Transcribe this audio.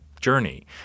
Journey